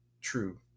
true